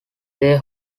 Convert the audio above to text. their